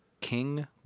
King